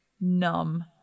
numb